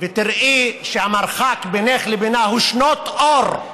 ותראי שהמרחק בינך לבינה הוא שנות אור,